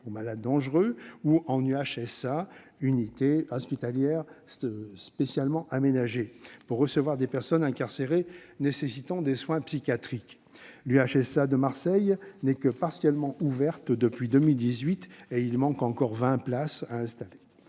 pour malades difficiles (UMD) ou d'une unité hospitalière spécialement aménagée (UHSA) pour recevoir des personnes incarcérées nécessitant des soins psychiatriques. L'UHSA de Marseille n'est que partiellement ouverte depuis 2018 ; il y manque encore 20 places. L'accès